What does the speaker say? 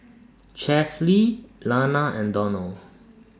Chesley Lana and Donell